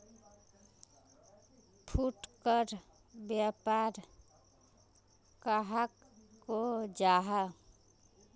फुटकर व्यापार कहाक को जाहा?